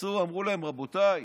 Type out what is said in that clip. אמרו להם: רבותיי,